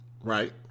Right